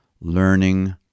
learning